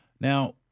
Now